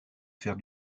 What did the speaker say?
faire